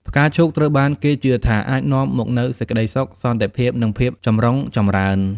ផ្កាឈូកត្រូវបានគេជឿថាអាចនាំមកនូវសេចក្តីសុខ សន្តិភាព និងភាពចម្រុងចម្រើន។